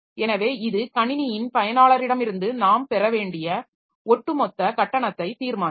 எனவே இது கணினியின் பயனாளரிடமிருந்து நாம் பெற வேண்டிய ஒட்டுமொத்த கட்டணத்தை தீர்மானிக்கும்